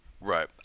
Right